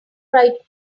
write